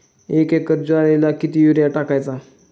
एक एकर ज्वारीला किती युरिया टाकायचा?